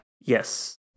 yes